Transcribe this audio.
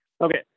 okay